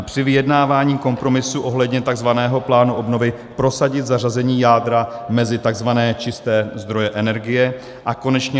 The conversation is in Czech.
III. při vyjednávání kompromisu ohledně tzv. plánu obnovy prosadit zařazení jádra mezi tzv. čisté zdroje energie, a konečně